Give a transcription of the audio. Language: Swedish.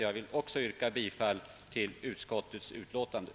Jag ber att få yrka bifall till utskottets hemställan.